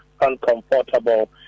uncomfortable